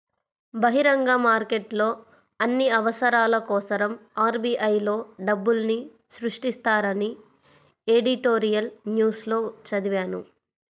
బహిరంగ మార్కెట్లో అన్ని అవసరాల కోసరం ఆర్.బి.ఐ లో డబ్బుల్ని సృష్టిస్తారని ఎడిటోరియల్ న్యూస్ లో చదివాను